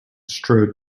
strode